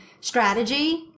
strategy